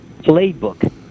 playbook